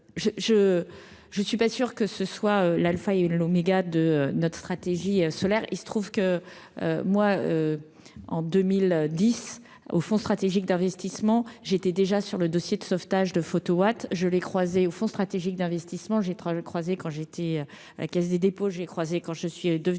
je ne suis pas sûr que ce soit l'Alpha et une l'oméga de notre stratégie solaire, il se trouve que moi en 2010 au Fonds stratégique d'investissement, j'étais déjà sur le dossier de sauvetage de Photowatt, je l'ai croisée au Fonds stratégique d'investissement, j'ai 3 croisé quand j'étais à la Caisse des dépôts, j'ai croisé quand je suis devenu